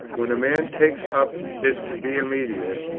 when a man takes up this via media,